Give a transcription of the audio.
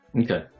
Okay